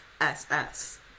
S-S